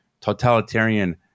totalitarian